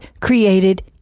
created